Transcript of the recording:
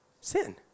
sin